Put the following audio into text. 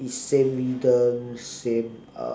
is same rhythm same uh